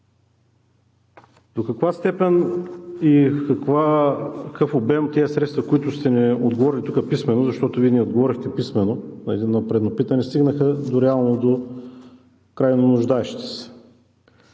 до каква степен и в какъв обем тези средства, за които сте ни отговорили тук писмено, защото Вие ни отговорихте писмено на едно предно питане, стигнаха реално до крайно нуждаещите се?